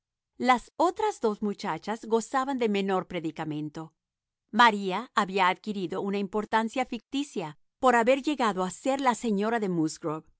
las otras dos muchachas gozaban de menor predicamento maría había adquirido una importancia ficticia por haber llegado a ser la señora de musgrove